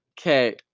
Okay